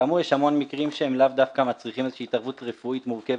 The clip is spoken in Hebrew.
כאמור יש המון מקרים שהם לאו דווקא מצריכים איזה התערבות רפואית מורכבת,